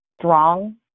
strong